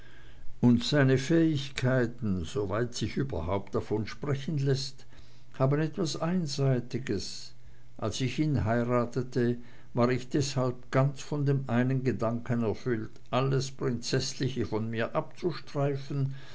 und seine fähigkeiten soweit sich überhaupt davon sprechen läßt haben etwas einseitiges als ich ihn heiratete war ich deshalb ganz von dem einen gedanken erfüllt alles prinzeßliche von mir abzustreifen